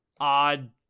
odd